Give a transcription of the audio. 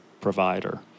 provider